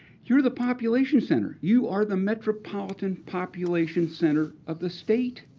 you're the population center. you are the metropolitan population center of the state.